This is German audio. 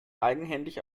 eigenhändig